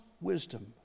wisdom